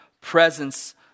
presence